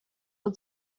och